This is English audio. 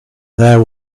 there